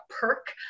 perk